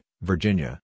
Virginia